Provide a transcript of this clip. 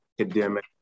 academic